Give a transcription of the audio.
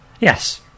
yes